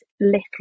little